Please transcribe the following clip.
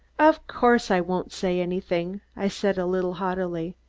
of course i won't say anything, i said a little haughtily.